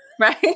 right